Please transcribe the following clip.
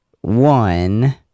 one